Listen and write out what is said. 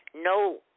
No